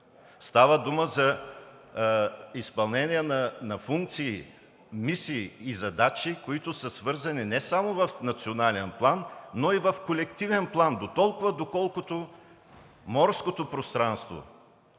Става дума за изпълнение на функции, мисии и задачи, които са свързани не само в национален план, но и в колективен план, дотолкова, доколкото морското пространство,